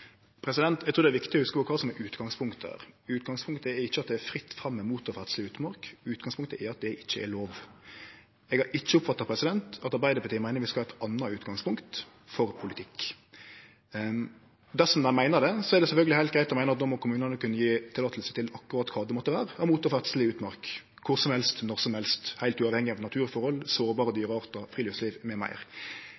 Eg trur det er viktig å huske på kva som er utgangspunktet her. Utgangspunktet er ikkje at det er fritt fram for motorferdsel i utmark. Utgangspunktet er at det ikkje er lov. Eg har ikkje oppfatta at Arbeidarpartiet meiner vi skal ha eit anna utgangspunkt for politikk. Dersom dei meiner det, er det sjølvsagt heilt greitt å meine at då må kommunane kunne gje tillatingar til akkurat kva dette måtte vere av motorferdsel i utmark – kor som helst, når som helst, heilt uavhengig av naturforhold, sårbare